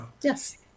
Yes